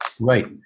Right